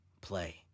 play